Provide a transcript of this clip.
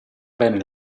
bene